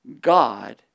God